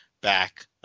back